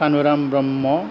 Kanuram Brahma